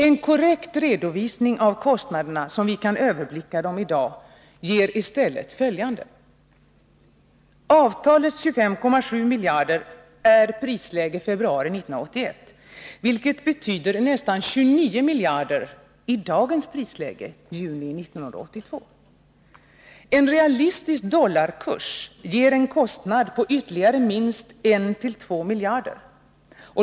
En korrekt redovisning av kostnaderna som vi kan överblicka dem i dag ger i stället följande: En realistisk dollarkurs ger en kostnad på ytterligare minst 1-2 miljarder.